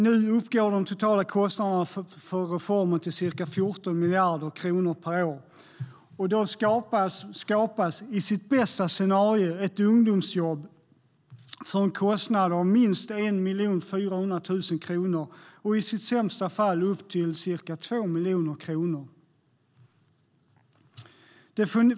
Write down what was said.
Nu uppgår den totala kostnaden för reformen till ca 14 miljarder kronor per år, och då skapas i sitt bästa scenario ett ungdomsjobb för en kostnad av minst 1,4 miljoner kronor och i sämsta fall av upp till ca 2 miljoner kronor.